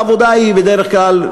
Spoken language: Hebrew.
העבודה היא בדרך כלל,